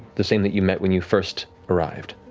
the same that you met when you first arrived.